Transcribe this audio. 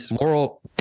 Moral